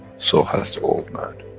so has the old man.